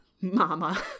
Mama